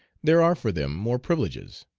there are for them more privileges.